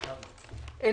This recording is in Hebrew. נכון.